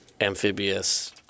amphibious